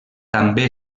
també